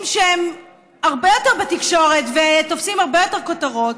שהם הרבה יותר בתקשורת ותופסים הרבה יותר כותרות,